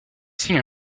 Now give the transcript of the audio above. signe